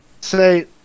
Say